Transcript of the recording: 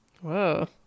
whoa